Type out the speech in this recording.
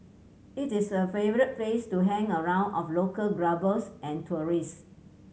it is a favourite place to hang around of local clubbers and tourist